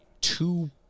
two